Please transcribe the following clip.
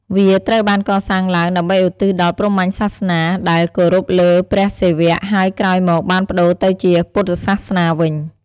វាត្រូវបានកសាងឡើង ដើម្បីឧទ្ទិសដល់ព្រហ្មញ្ញសាសនា ដែលគោរពលើ ព្រះសិវៈ ហើយក្រោយមកបានប្តូរទៅជាពុទ្ធសាសនាវិញ។